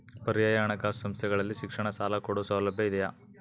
ಪರ್ಯಾಯ ಹಣಕಾಸು ಸಂಸ್ಥೆಗಳಲ್ಲಿ ಶಿಕ್ಷಣ ಸಾಲ ಕೊಡೋ ಸೌಲಭ್ಯ ಇದಿಯಾ?